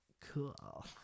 cool